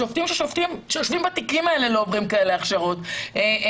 שופטים שיושבים בתיקים האלה לא עוברים הכשרות כאלה.